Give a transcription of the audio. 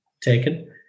taken